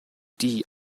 die